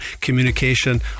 communication